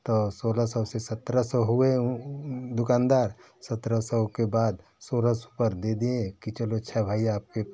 तो सोलह सौ से सत्रह सौ हुए उ दुकानदार सत्रह सौ के बाद सोलह सौ पर दे दिए कि चलो अच्छा भाई आपके